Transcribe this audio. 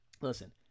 Listen